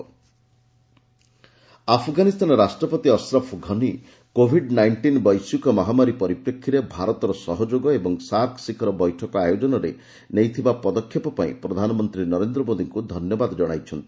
Afghan president Afghanistan ରାଷ୍ଟ୍ରପତି Ashraf Ghani Covid nineteen ବୈଶ୍ୱିକ ମହାମାରୀ ପରିପ୍ରେକ୍ଷୀରେ ଭାରତ ସହଯୋଗ ଏବଂ ସାର୍କ ଶିଖର ବୈଠକ ଆୟୋଜନରେ ନେଇଥିବା ପଦକ୍ଷେପ ପାଇଁ ପ୍ରଧାନମନ୍ତ୍ରୀ ନରେନ୍ଦ୍ର ମୋଦୀଙ୍କୁ ଧନ୍ୟବାଦ ଜଣାଇଛନ୍ତି